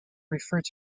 referred